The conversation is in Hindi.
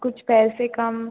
कुछ पैसे कम